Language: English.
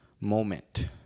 moment